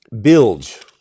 Bilge